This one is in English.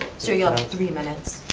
sir, you'll have three minutes.